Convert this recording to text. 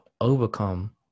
overcome